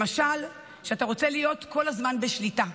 למשל, שאתה רוצה להיות כל הזמן בשליטה.